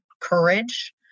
courage